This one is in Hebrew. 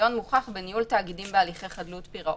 ניסיון מוכח בניהול תאגידים בהליכי חדלות פירעון.